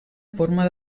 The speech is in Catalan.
forma